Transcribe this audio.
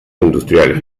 industriales